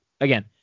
again